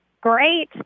Great